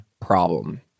problem